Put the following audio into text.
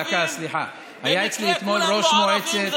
דקה, סליחה, במקרה כולם לא ערבים?